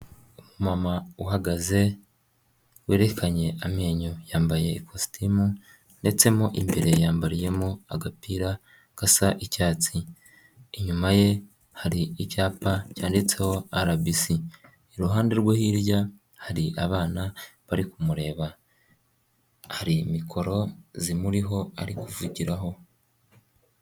Umumama uhagaze werekanye amenyo, yambaye kositimu ndetsemo imbere yambariyemo agapira gasa icyatsi, inyuma ye hari icyapa cyanditseho RBC, iruhande rwe hirya hari abana bari kumureba, hari mikoro zimuriho ari kuvugiraho.